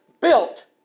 built